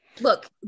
Look